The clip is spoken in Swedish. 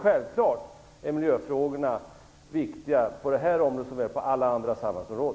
Självklart är miljöfrågorna viktiga på det här området såväl som på alla andra samhällsområden.